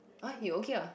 !huh! you okay ah